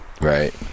Right